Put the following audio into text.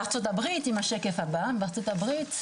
בארצות הברית,